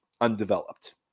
undeveloped